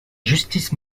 justice